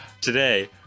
Today